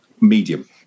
medium